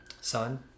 son